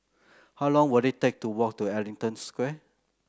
how long will it take to walk to Ellington Square